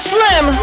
Slim